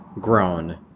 grown